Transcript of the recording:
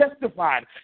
justified